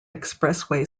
expressway